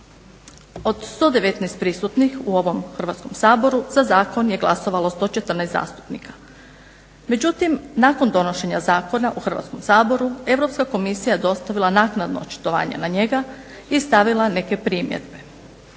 Od 119 prisutnih u ovom Hrvatskom saboru za zakon je glasovalo 114 zastupnika. Međutim nakon donošenja zakona u Hrvatskom saboru Europska komisija je dostavila naknadno očitovanje na njega i stavila neke primjedbe.